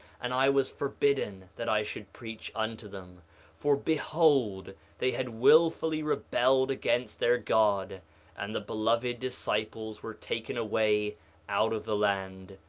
and i was forbidden that i should preach unto them for behold they had wilfully rebelled against their god and the beloved disciples were taken away out of the land,